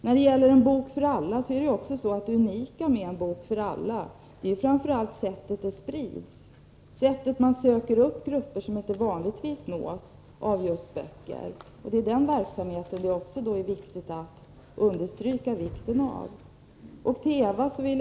När det gäller En bok för alla kan jag konstatera att det unika med det systemet framför allt är sättet att sprida böckerna, sättet att söka upp grupper som inte vanligen nås av just böcker. Det är angeläget att betona vikten av den verksamheten.